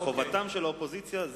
חובתה של האופוזיציה,